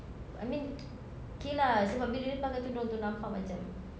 I mean K lah sebab bila dia pakai tudung itu nampak macam